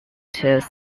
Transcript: strict